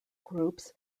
groups